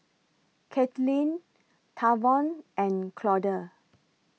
Katelynn Tavon and Claude